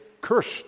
cursed